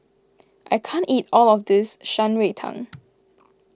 I can't eat all of this Shan Rui Tang